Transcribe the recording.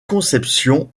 conception